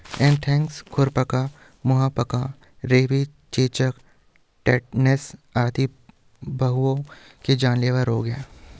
anthrax, खुरपका, मुहपका, rabies, चेचक, टेटनस आदि पहुओं के जानलेवा रोग हैं